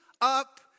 up